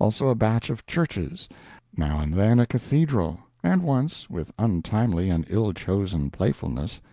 also a batch of churches now and then a cathedral and once, with untimely and ill-chosen playfulness,